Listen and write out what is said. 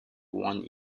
one